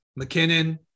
McKinnon